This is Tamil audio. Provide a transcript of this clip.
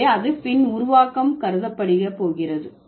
எனவே அது பின் உருவாக்கம் கருதப்படுகிறது போகிறது